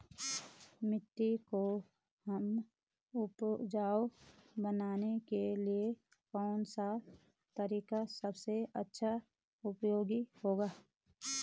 मिट्टी को हमें उपजाऊ बनाने के लिए कौन सा तरीका सबसे अच्छा उपयोगी होगा?